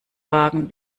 wagen